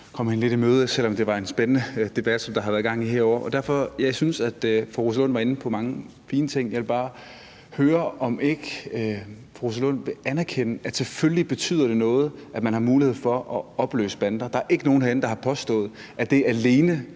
hende lidt i møde, selv om det var en spændende debat, der har været gang i herovre. Jeg synes, at fru Rosa Lund var inde på mange fine ting, jeg vil bare høre, om ikke fru Rosa Lund vil anerkende, at selvfølgelig betyder det noget, at man har mulighed for at opløse bander. Der er ikke nogen herinde, der har påstået, at det alene